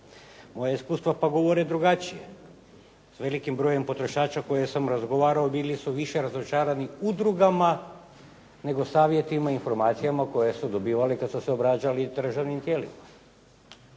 Moja iskustva pak govore drugačije. S velikim brojem potrošača s kojima sam razgovaralo bili su više razočarani udrugama, nego savjetima i informacijama koja su dobivali kada su se obraćali državnim tijelima.